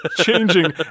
changing